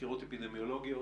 חקירות אפידמיולוגיות.